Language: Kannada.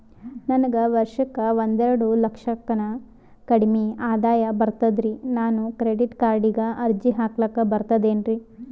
ನನಗ ವರ್ಷಕ್ಕ ಒಂದೆರಡು ಲಕ್ಷಕ್ಕನ ಕಡಿಮಿ ಆದಾಯ ಬರ್ತದ್ರಿ ನಾನು ಕ್ರೆಡಿಟ್ ಕಾರ್ಡೀಗ ಅರ್ಜಿ ಹಾಕ್ಲಕ ಬರ್ತದೇನ್ರಿ?